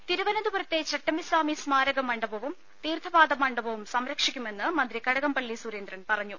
രുദ തിരുവനന്തപുരത്തെ ചട്ടമ്പി സ്വാമി സ്മാരക മണ്ഡപവും തീർത്ഥപാദ മണ്ഡപവും സംരക്ഷിക്കുമെന്ന് മന്ത്രി കടകംപളളി സുരേന്ദ്രൻ പറഞ്ഞു